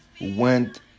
went